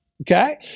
Okay